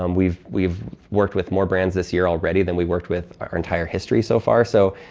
um we've, we've worked with more brands this year already than we worked with our entire history so far. so,